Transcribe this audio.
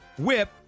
Whip